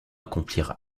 accomplir